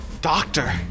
Doctor